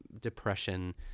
depression